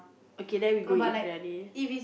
okay then we go eat briyani